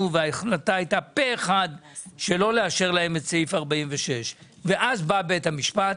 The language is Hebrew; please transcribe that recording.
וההחלטה הייתה פה אחד שלא לאשר להם את סעיף 46. ואז בא בית המשפט,